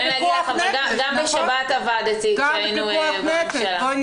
גם בשבת עבדתי כשהיינו בממשלה.